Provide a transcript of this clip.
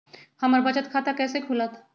हमर बचत खाता कैसे खुलत?